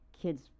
kids